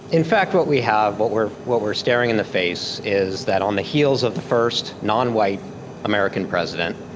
in fact what we have, what we're what we're staring in the face, is that on the heels of the first non-white american president,